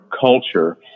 culture